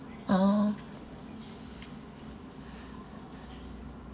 oh